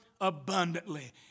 abundantly